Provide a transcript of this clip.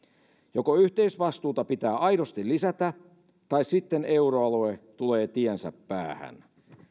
joko yhteisvastuuta pitää aidosti lisätä tai sitten euroalue tulee tiensä päähän